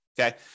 Okay